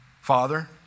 Father